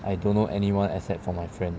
I don't know anyone except for my friend